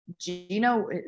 Gino